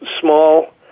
small